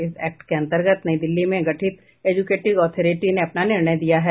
इस एक्ट के अंतर्गत नई दिल्ली में गठित एडजुकेटिंग ऑथरिटी ने अपना निर्णय दिया है